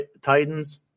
Titans